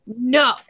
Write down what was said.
No